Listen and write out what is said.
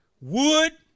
Wood